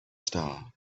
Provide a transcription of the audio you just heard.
star